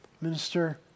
Minister